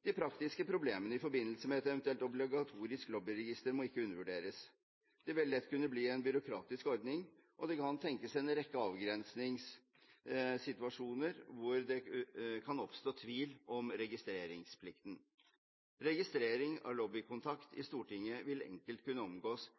De praktiske problemene i forbindelse med et eventuelt obligatorisk lobbyregister må ikke undervurderes. Det vil lett kunne bli en byråkratisk ordning, og det kan tenkes en rekke avgrensningssituasjoner, hvor det kan oppstå tvil om registreringsplikten. Registrering av lobbykontakt i Stortinget vil enkelt kunne omgås